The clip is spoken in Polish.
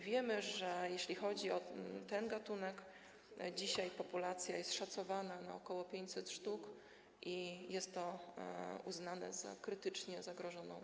Wiemy, że jeśli chodzi o ten gatunek, dzisiaj populacja jest szacowana na ok. 500 sztuk i jest uznana za populację krytycznie zagrożoną.